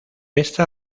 esta